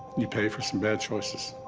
you pay for some bad choices.